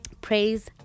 praise